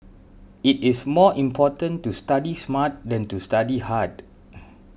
it is more important to study smart than to study hard